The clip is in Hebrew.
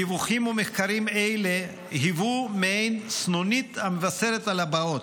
דיווחים ומחקרים אלה היוו מעין סנונית המבשרת על הבאות.